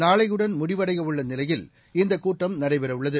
நாளையுடன் முடிவடையவுள்ள நிலையில் இந்தக் கூட்டம் நடைபெறவுள்ளது